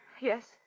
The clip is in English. Yes